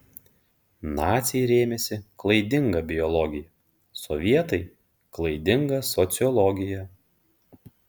naciai rėmėsi klaidinga biologija sovietai klaidinga sociologija